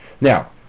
Now